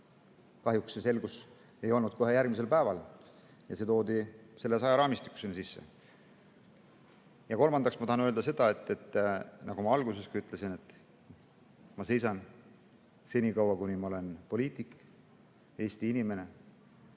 Kahjuks see selgus ei saabunud kohe järgmisel päeval ja see toodi selles ajaraamistikus sisse. Kolmandaks tahan öelda seda, nagu ma alguses ka ütlesin, et ma seisan senikaua, kuni ma olen poliitik, Eesti inimene,